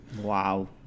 wow